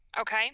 okay